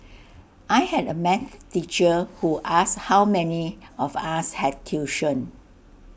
I had A math teacher who asked how many of us had tuition